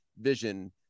vision